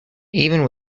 even